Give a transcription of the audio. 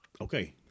okay